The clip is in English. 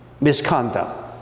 misconduct